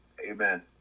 Amen